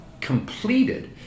completed